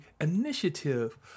initiative